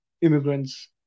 immigrants